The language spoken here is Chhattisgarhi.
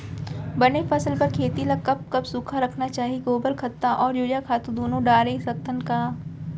बने फसल बर खेती ल कब कब सूखा रखना चाही, गोबर खत्ता और यूरिया खातू दूनो डारे सकथन का?